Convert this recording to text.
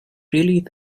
really